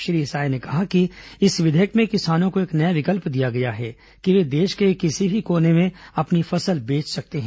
श्री साय ने कहा कि इस विधेयक में किसानों को एक नया विकल्प दिया गया है कि वे देश के किसी भी कोने में अपनी फसल बेच सकते हैं